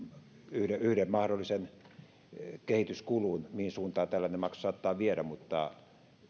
yhden yhden mahdollisen kehityskulun mihin suuntaan tällainen maksu saattaa viedä mutta